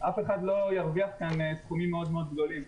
אף אחד לא ירוויח כאן סכומים מאוד מאוד גדולים.